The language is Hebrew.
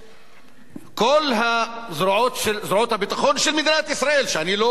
כל זרועות הביטחון של מדינת ישראל, שאני לא חסידן,